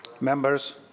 Members